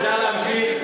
אפשר להמשיך.